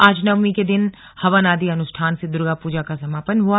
आज नवमी के दिन हवन आदि अनुष्ठान से दुर्गा पूजा का समापन हुआ